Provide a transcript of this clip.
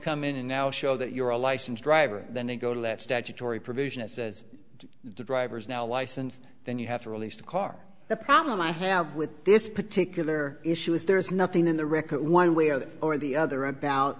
come in and now show that you're a licensed driver than to go to that statutory provision that says drivers now license then you have to release the car the problem i have with this particular issue is there is nothing in the record one way or the or the other about